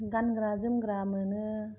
गानग्रा जोमग्रा मोनो